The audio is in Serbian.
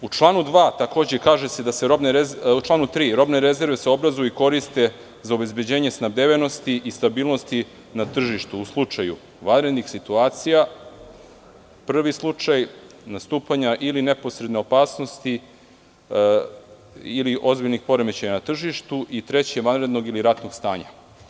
U članu 3. se kaže da se robne rezerve obrazuju i koriste za obezbeđenje snabdevenosti i stabilnosti na tržištu u slučaju vanrednih situacija, prvi slučaj, nastupanja ili neposredne opasnosti ili ozbiljnih poremećaja na tržištu i treće, vanrednog ili ratnog stanje.